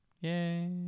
Yay